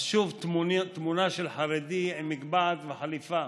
אז שוב תמונה של חרדי עם מגבעת וחליפה.